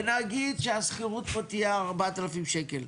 ונגיד שהשכירות תהיה פה 4,000 שקלים,